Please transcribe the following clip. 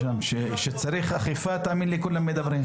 כשצריך אכיפה תאמין לי שכולם מדברים.